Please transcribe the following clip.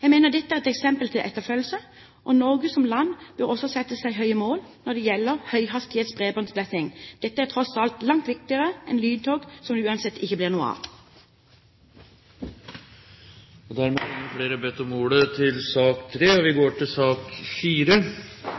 Jeg mener dette er et eksempel til etterfølgelse, og Norge som land bør også sette seg høye mål når det gjelder høyhastighetsbredbåndsdekning. Dette er tross alt langt viktigere enn lyntog, som det uansett ikke blir noe av. Flere har ikke bedt om ordet til sak nr. 3. Etter ønske fra transport- og kommunikasjonskomiteen vil presidenten foreslå at taletiden begrenses til